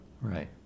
Right